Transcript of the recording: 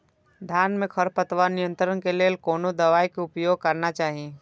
धान में खरपतवार नियंत्रण के लेल कोनो दवाई के उपयोग करना चाही?